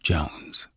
Jones